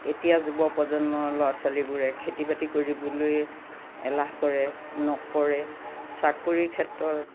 এতিয়া যুৱ প্ৰজন্মৰ ল'ৰা ছোৱালীবোৰে খেতি বাতি কৰিবলৈ এলাহ কৰে নকৰে চাকৰী ক্ষেত্ৰত